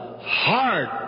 heart